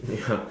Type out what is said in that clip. ya